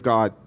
God